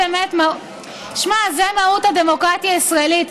שמע, זה מהות הדמוקרטיה הישראלית.